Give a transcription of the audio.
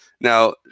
Now